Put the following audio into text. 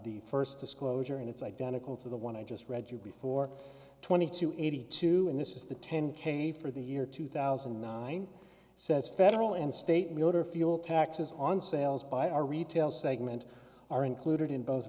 the first disclosure and it's identical to the one i just read you before twenty two eighty two and this is the ten k for the year two thousand and nine says federal and state motor fuel taxes on sales by our retail segment are included in both